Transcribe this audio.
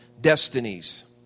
destinies